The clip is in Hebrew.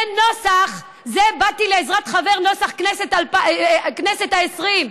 זה "באתי לעזרת חבר" נוסח הכנסת העשרים.